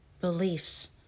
beliefs